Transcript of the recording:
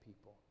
people